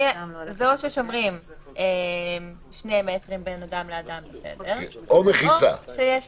זה או ששומרים שני מטרים בין אדם לאדם או שיש מחיצה.